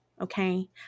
okay